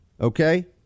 Okay